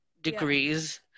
degrees